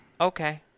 Okay